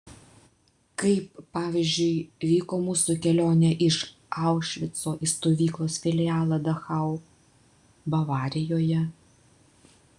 kaip pavyzdžiui vyko mūsų kelionė iš aušvico į stovyklos filialą dachau bavarijoje